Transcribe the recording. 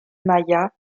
mayas